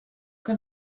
que